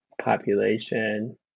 population